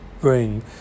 bring